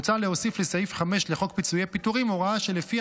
מוצע להוסיף לסעיף 5 לחוק פיצויי פיטורים הוראה שלפיה